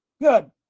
Good